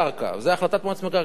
זו החלטת מועצת מקרקעי ישראל,